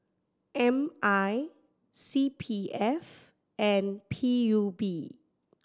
M I C P F and P U B